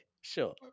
sure